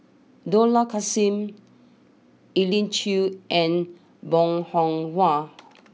Dollah Kassim Elim Chew and Bong Hiong Hwa